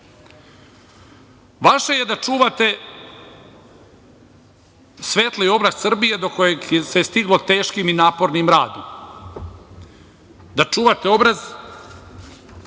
je da čuvate svetli obraz Srbije do koga se stiglo teškim i napornim radom, da čuvate obraz